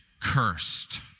cursed